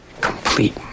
complete